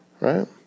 Right